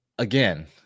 Again